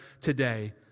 today